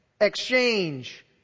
exchange